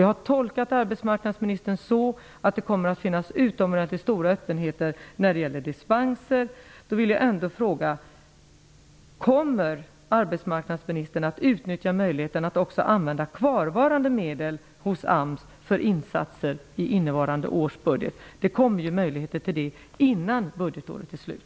Jag har tolkat arbetsmarknadsministerns så att det kommer att råda utomordentligt stor öppenhet när det gäller dispenser. Jag vill fråga arbetsmarknadsministern om han kommer att utnyttja möjligheten att använda också kvarvarande medel hos AMS för insatser inom ramen för innevarande års budget. Det kommer ju att uppstå möjligheter härtill innan budgetåret är slut.